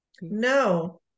No